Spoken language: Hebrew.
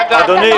אל תתפרץ.